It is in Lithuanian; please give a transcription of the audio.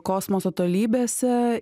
kosmoso tolybėse